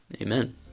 Amen